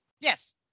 Yes